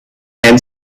and